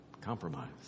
compromise